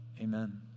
Amen